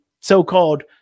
so-called